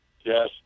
Yes